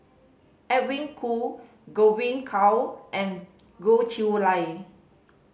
Edwin Koo Godwin Koay and Goh Chiew Lye